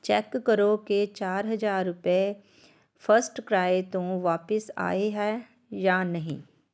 check ਕਰੋ ਕਿ ਚਾਰ ਹਜ਼ਾਰ ਰੁਪਏ ਫ਼ਸਟਕ੍ਰਾਏ ਤੋਂ ਵਾਪਸ ਆਏ ਹੈ ਜਾਂ ਨਹੀਂ